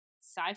sci